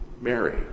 Mary